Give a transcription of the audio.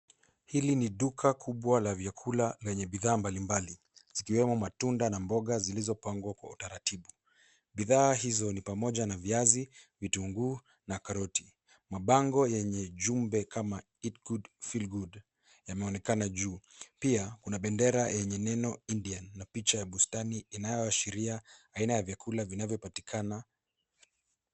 Hili ni duka kubwa la vyakula lenye bidhaa mbali mbali, zikiwemo matunda na mboga zilizopangwa kwa utaratibu. Bidhaa hizo ni pamoja na viazi, vitunguu na karoti. Mabango yenye ujumbe kama Eat Good, Feel Good , yameonekana juu. Pia, kuna bendera yenye neno Indian na picha ya bustani inayoashiria aina ya vyakula vinavyopatikana.